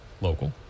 local